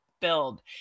build